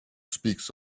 speaks